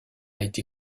été